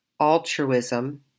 altruism